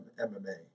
mma